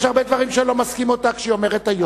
יש הרבה דברים שאני לא מסכים אתה כשהיא אומרת היום.